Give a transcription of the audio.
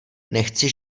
nechci